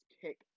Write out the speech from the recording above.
kick